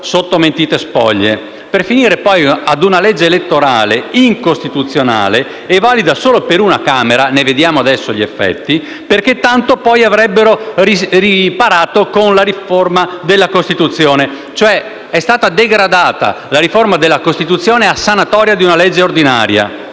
sotto mentite spoglie, per finire poi con una legge elettorale incostituzionale e valida solo per una Camera, di cui vediamo adesso gli effetti, perché tanto poi avrebbero riparato con la riforma della Costituzione. La riforma della Costituzione è stata cioè degradata a sanatoria di una legge ordinaria.